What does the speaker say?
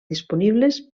disponibles